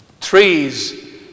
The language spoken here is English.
trees